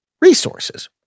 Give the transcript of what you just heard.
resources